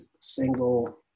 single